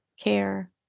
care